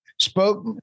spoke